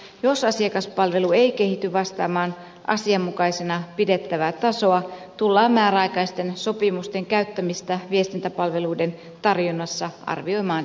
jos asiakaspalvelu ei kehity vastaamaan asianmukaisena pidettävää tasoa tullaan määräaikaisten sopimusten käyttämistä viestintäpalveluiden tarjonnassa arvioimaan